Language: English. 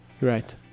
Right